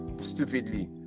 stupidly